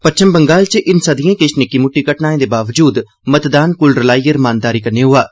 पच्छम बंगाल च हिंसा दिएं किष निक्की मुट्टी घटनाएं दे बावजूद मतदान कुल रलाइयै रमानदारी कन्नै होआ ऐ